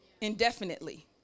indefinitely